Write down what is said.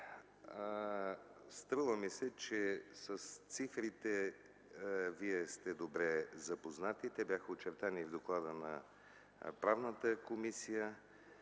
Струва ми се, че с цифрите вие сте добре запознати, те бяха очертани и в доклада на Правната комисия.